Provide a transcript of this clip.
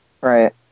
right